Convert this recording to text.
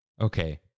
Okay